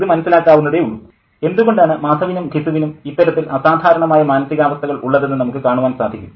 ഇത് മനസ്സിലാക്കാവുന്നതേയുള്ളൂ എന്തുകൊണ്ടാണ് മാധവിനും ഘിസുവിനും ഇത്തരത്തിൽ അസാധാരണമായ മാനസികാവസ്ഥകൾ ഉള്ളതെന്ന് നമുക്ക് കാണുവാൻ സാധിക്കും